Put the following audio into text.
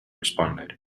responded